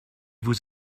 vous